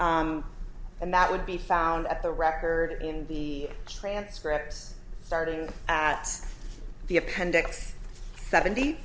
and that would be found at the record in the transcripts starting at the appendix seventy